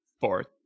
fourth